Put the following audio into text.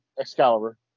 Excalibur